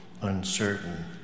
uncertain